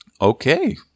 Okay